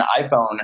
iPhone